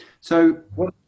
So-